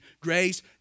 grace